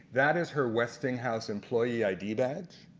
that is her westinghouse employee id badge,